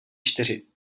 čtyři